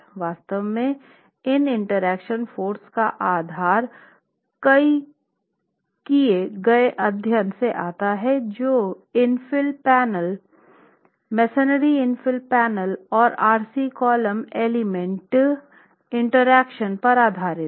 वास्तव में इन इंटरैक्शन फोर्स का आधार कई किये गए अध्ययन से आता है जो infill panel masonry infill panel और आरसी कॉलम एलिमेंट इंटरैक्शन पर आधारित हैं